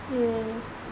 mm